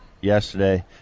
yesterday